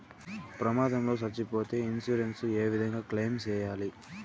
ప్రమాదం లో సచ్చిపోతే ఇన్సూరెన్సు ఏ విధంగా క్లెయిమ్ సేయాలి?